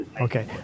Okay